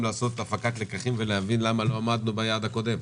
לעשות הפקת לקחים ולהבין למה לא עמדנו ביעד הקודם,